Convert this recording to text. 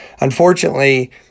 Unfortunately